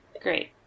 Great